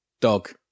Dog